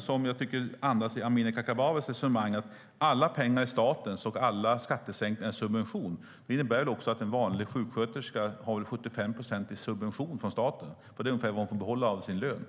som andas i Amineh Kakabavehs resonemang är att alla pengar är statens och att alla skattesänkningar är subventioner. Det innebär väl att en vanlig sjuksköterska har 75 procent i subvention från staten. Det är ungefär vad hon får behålla av sin lön.